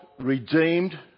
redeemed